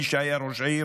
מי שהיה ראש עיר